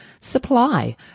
Supply